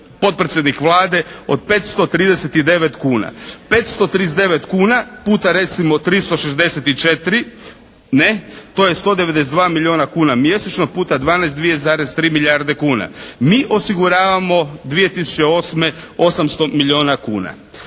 potpredsjednik Vlade od 539 kuna. 539 kuna puta recimo 364 ne, to je 192 milijuna kuna mjesečno puta 12, 2,3 milijarde kuna. Mi osiguravamo 2008. 800 milijuna kuna.